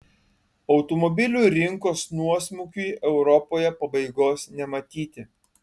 automobilių rinkos nuosmukiui europoje pabaigos nematyti